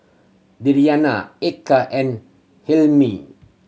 Diyana Eka and Hilmi